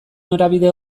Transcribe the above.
norabide